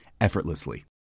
effortlessly